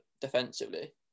defensively